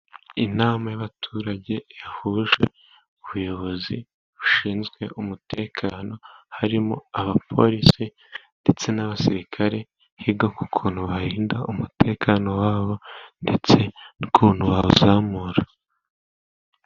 Inama y'abaturage ihuje ubuyobozi bushinzwe umutekano harimo abapolisi ndetse n'abasirikare, biga ku kuntu barinda umutekano wabo ndetse n'ukuntu bawuzamura.